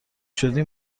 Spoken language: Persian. شدی